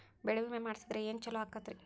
ಬೆಳಿ ವಿಮೆ ಮಾಡಿಸಿದ್ರ ಏನ್ ಛಲೋ ಆಕತ್ರಿ?